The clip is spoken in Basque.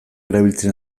erabiltzen